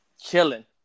Chilling